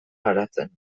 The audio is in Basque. garatzen